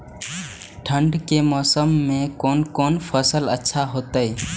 ठंड के मौसम में कोन कोन फसल अच्छा होते?